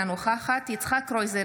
אינה נוכחת יצחק קרויזר,